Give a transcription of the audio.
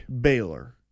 Baylor